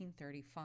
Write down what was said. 1935